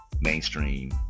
mainstream